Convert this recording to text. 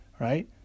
right